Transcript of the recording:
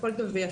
הכל טוב ויפה,